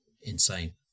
insane